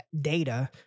data